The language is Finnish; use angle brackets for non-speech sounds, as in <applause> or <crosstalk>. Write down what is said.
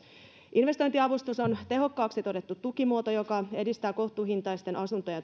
investointiavustus on tehokkaaksi todettu tukimuoto joka edistää kohtuuhintaisten asuntojen <unintelligible>